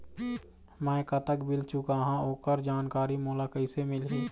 मैं कतक बिल चुकाहां ओकर जानकारी मोला कइसे मिलही?